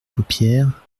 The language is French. paupières